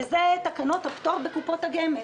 הוא תקנות הפטור בקופות הגמל.